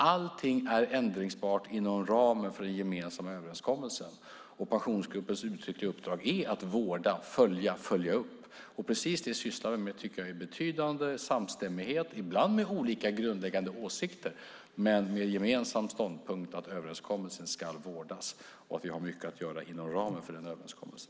Allting är ändringsbart inom ramen för den gemensamma överenskommelsen, och Pensionsgruppens uttryckliga uppdrag är att vårda, följa, följa upp. Precis det sysslar vi med, tycker jag, i betydande samstämmighet - ibland med olika grundläggande åsikter men med en gemensam ståndpunkt att överenskommelsen ska vårdas och att vi har mycket att göra inom ramen för överenskommelsen.